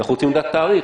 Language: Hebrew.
ואנחנו רוצים לדעת תאריך.